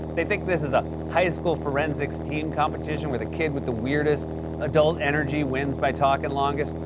they think this is a high school forensics team competition where the kid with the weirdest adult energy wins by talking longest.